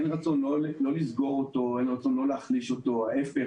אין רצון לסגור אותו או להחליש אותו, להיפך.